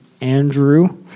Andrew